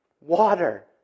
Water